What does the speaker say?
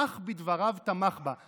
"אך בדבריו תמך בה".